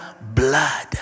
blood